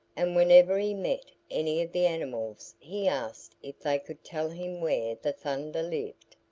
and whenever he met any of the animals he asked if they could tell him where the thunder lived.